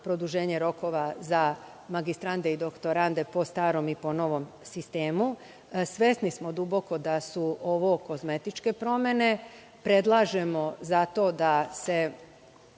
produženje rokova za magistrante i doktorante po starom i po novom sistemu. Svesni smo duboko da su ovo kozmetičke promene. Predlažemo zato da se